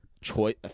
choice